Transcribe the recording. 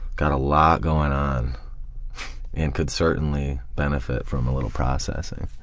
got a lot going on and could certainly benefit from a little processing.